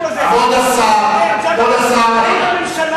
אנחנו דנים בהסתייגויות,